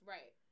Right